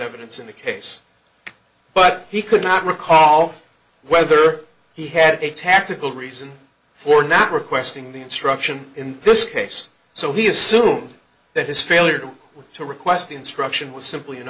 evidence in the case but he could not recall whether he had a tactical reason for not requesting the instruction in this case so he assumed that his failure to request the instruction was simply an